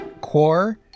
Core